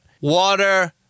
water